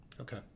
okay